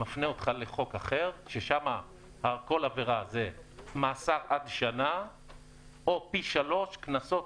מפנה אותם לחוק אחר ששם כל עבירה זה מאסר עד שנה או פי שלוש קנסות.